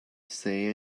say